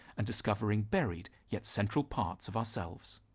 and discovering buried yet central parts of ourselves.